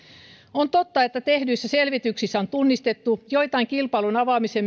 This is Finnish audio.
on totta että tehdyissä selvityksissä on tunnistettu joitain kilpailun avaamisen